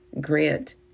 grant